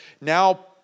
Now